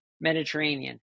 Mediterranean